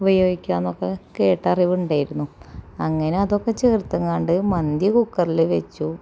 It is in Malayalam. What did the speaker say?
ഉപയോഗിക്കുക എന്നൊക്കെ കേട്ടറിവുണ്ടായിരുന്നു അങ്ങനെ അതൊക്കെ ചേര്ത്തെങ്ങാണ്ട് മന്തി കുക്കറില് വെച്ചു